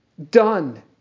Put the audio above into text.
Done